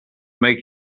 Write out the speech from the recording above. make